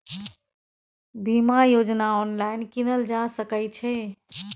बीमा योजना ऑनलाइन कीनल जा सकै छै?